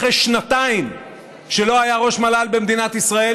אחרי שנתיים שלא היה ראש מל"ל במדינת ישראל,